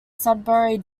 sudbury